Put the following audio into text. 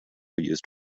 used